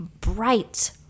bright